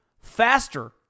faster